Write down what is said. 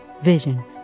vision